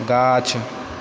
गाछ